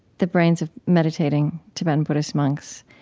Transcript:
the brains of meditating tibetan buddhist monks,